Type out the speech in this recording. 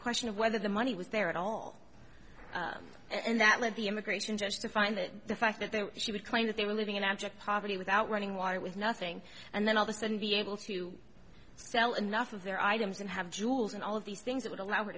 question of whether the money was there at all and that led the immigration judge to find that the fact that there she would claim that they were living in abject poverty without running water with nothing and then all the sudden be able to sell enough of their items and have jewels and all of these things that i would a